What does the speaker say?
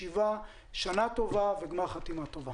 שנה טובה וגמר חתימה טובה.